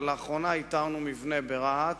אבל לאחרונה איתרנו מבנה ברהט,